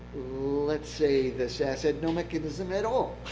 let's say the sas had no mechanism at all,